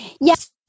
Yes